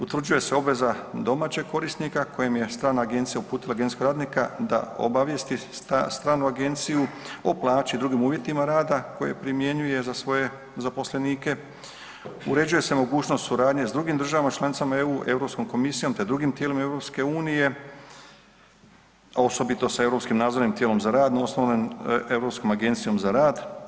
Utvrđuje se obaveza domaćeg korisnika kojem je strana agencija uputila agencijskog radnika da obavijesti stranu agenciju o plaći i drugim uvjetima rada, koje primjenjuje za svoje zaposlenike, uređuje se mogućnost suradnje s drugim državama članicama EU, EU komisijom te drugim tijelima EU, osobito s europskim nadzornim tijelom za rad novoosnovanom Europskom agencijom za rad.